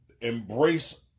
embrace